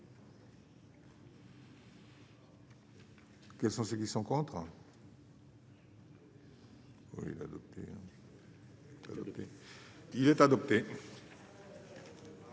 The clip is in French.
Quels sont ceux qui sont contre. Ils sont adoptés.